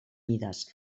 mides